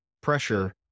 pressure